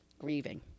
Grieving